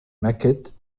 maquettes